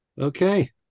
Okay